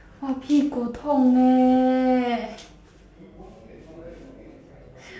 我屁股痛 leh